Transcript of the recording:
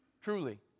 Truly